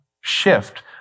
shift